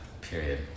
period